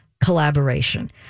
collaboration